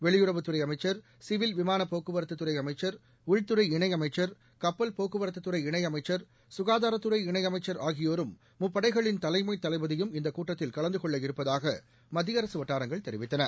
வெளியுறவுத் துறைஅமைச்சர் சிவில் விமானபோக்குவரத்துத் துறைஅமைச்சர் உள்துறை இணையமைச்சர் கப்பல் போக்குவரத்துத்துறை இணையமைச்சர் சுகாதாரத்துறை இணையமைச்சர் ஆகியோரும் இந்தக் கூட்டத்தில் கலந்துகொள்ளவிருப்பதாகமத்தியஅரசுவட்டாரங்கள் தெரிவித்தன